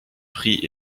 pris